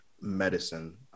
medicine